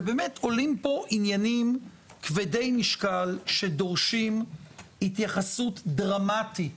ובאמת עולים פה עניינים כבדי משקל שדורשים התייחסות דרמטית